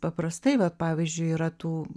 paprastai va pavyzdžiui yra tų